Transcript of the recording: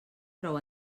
prou